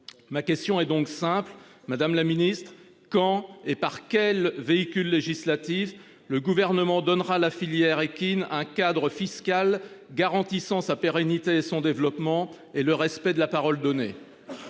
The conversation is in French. Ma question est donc simple, Madame la Ministre quand et par quel véhicule législatif. Le gouvernement donnera la filière équine un cadre fiscal garantissant sa pérennité et son développement et le respect de la parole donnée.